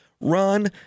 Run